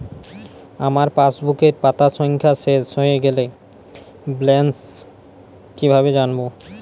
আমার পাসবুকের পাতা সংখ্যা শেষ হয়ে গেলে ব্যালেন্স কীভাবে জানব?